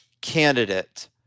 candidate